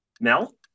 Mel